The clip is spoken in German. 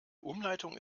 umleitung